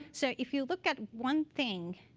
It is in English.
so if you look at one thing,